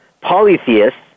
polytheists